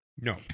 no